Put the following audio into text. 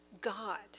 God